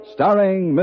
Starring